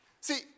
See